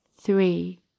Three